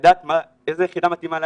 ולדעת איזה יחידה מתאימה להם.